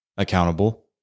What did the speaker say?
accountable